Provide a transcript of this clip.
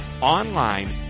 online